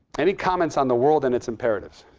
any comments on the world and its imperatives?